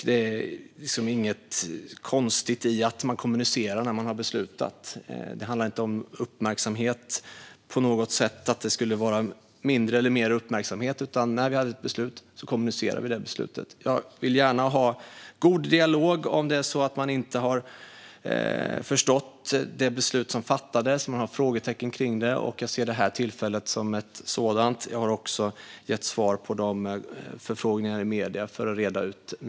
Det är inget konstigt med att man kommunicerar när man har beslutat. Det handlar inte på något sätt om uppmärksamhet - att det skulle vara mindre eller mer uppmärksamhet - utan när vi hade ett beslut kommunicerade vi det beslutet. Jag vill gärna ha en god dialog om det är så att man inte har förstått det beslut som har fattats och om man har frågetecken kring det. Jag ser den här debatten som ett tillfälle till sådant. Jag har också gett svar på förfrågningar i medierna för att reda ut det hela.